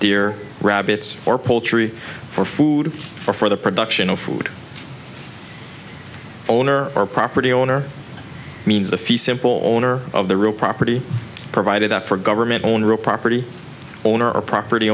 deer rabbits or poultry for food or for the production of food owner or property owner means the few simple owner of the real property provided that for government owned real property owner a prop